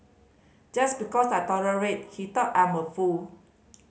just because I tolerated he thought I'm a fool